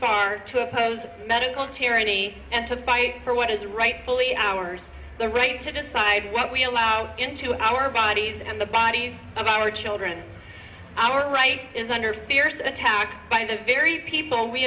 far to oppose medical tyranny and to fight for what is rightfully ours the right to decide what we allow into our bodies and the bodies of our children our right is under fierce attack by the very people we